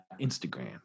Instagram